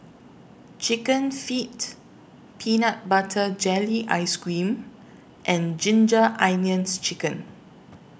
Chicken Feet Peanut Butter Jelly Ice Cream and Ginger Onions Chicken